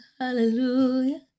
hallelujah